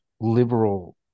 liberal